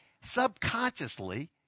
subconsciously